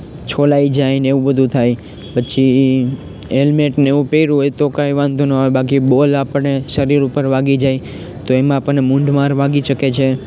છોલાઈ જાયને એવું બધુ થાય પછી હેલ્મેટને એવું પહેર્યું હોય તો કાંઈ વાંધો ના આવે બાકી બોલ આપણે શરીર ઉપર વાગી જાય તો એમાં આપાણને મૂંઢ માર વાગી શકે છે